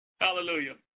Hallelujah